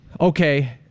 Okay